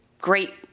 Great